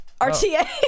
RTA